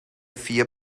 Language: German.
vier